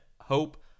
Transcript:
hope